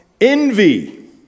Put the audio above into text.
Envy